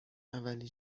اولین